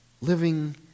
living